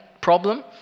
problem